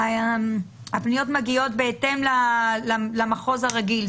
והפניות מגיעות בהתאם למחוז הרגיל,